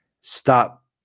stop